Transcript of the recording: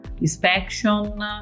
inspection